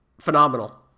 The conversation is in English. phenomenal